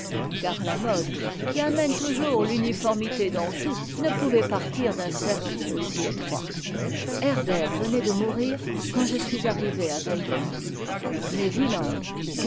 car a mode qui amène toujours l'uniformité dans tout ne pouvait partir d'un eerc e aussi étroit herder venait de mourir quand je suis arrivée à weimar mais